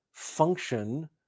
function